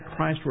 Christward